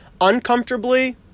uncomfortably